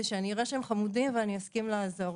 שאני אראה שהם חמודים ואני אסכים לעזור.